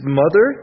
mother